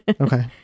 Okay